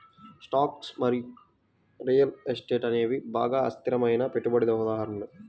stocks మరియు real estate అనేవి బాగా అస్థిరమైన పెట్టుబడికి ఉదాహరణలు